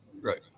Right